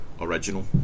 original